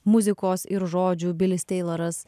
muzikos ir žodžių bilis teiloras